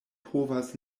povas